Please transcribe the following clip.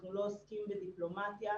אנחנו לא עוסקים בדיפלומטיה,